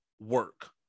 work